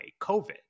COVID